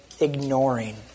ignoring